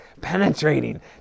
penetrating